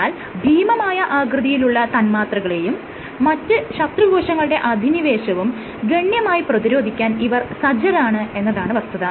എന്നാൽ ഭീമമായ ആകൃതിയുള്ള തന്മാത്രകളെയും മറ്റ് ശത്രുകോശങ്ങളുടെ അധിനിവേശവും ഗണ്യമായി പ്രതിരോധിക്കാൻ ഇവർ സജ്ജരാണ് എന്നതാണ് വസ്തുത